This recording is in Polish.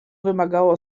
wymagało